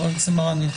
חברת הכנסת מראענה.